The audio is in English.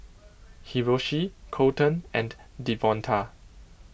Hiroshi Colton and Devonta